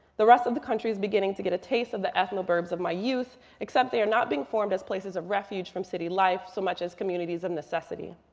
the rest of the country is beginning to get a taste of the ethnoburbs of my youth. except they are not being formed as places of refuge from city life, so much as communities of necessity.